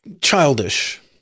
childish